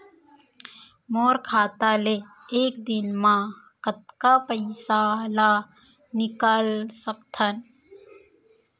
मोर खाता ले एक दिन म कतका पइसा ल निकल सकथन?